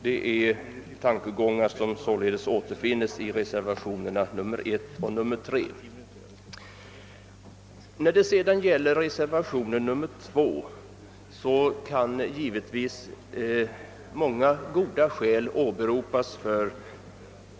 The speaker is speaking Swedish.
Dessa tankegångar återfinns i reservationerna 1 och 3. För reservationen 2 kan givetvis många goda skäl åberopas.